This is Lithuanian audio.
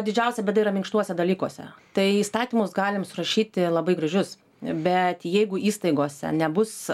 didžiausia bėda yra minkštuose dalykuose tai įstatymus galim surašyti labai gražius bet jeigu įstaigose nebus